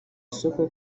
isoko